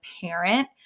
parent